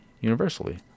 universally